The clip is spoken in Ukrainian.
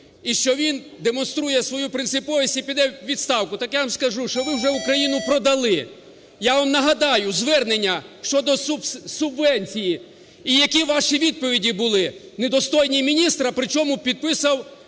і що він демонструє свою принциповість і піде у відставку. Так я вам скажу, що ви вже Україну продали. Я вам нагадаю, звернення щодо субвенції, і які ваші відповіді були, недостойні міністра, причому підписував,